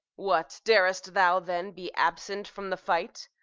what, dar'st thou, then, be absent from the fight,